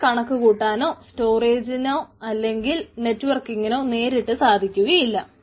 ഇത് കണക്കുകൂട്ടാനോ സ്റ്റോറേജിനോ അല്ലെങ്കിൽ നെറ്റ്വർക്കിംഗിനോ നേരിട്ട് സഹായിക്കുന്നില്ല